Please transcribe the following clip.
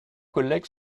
collègues